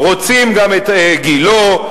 רוצים גם את גילה,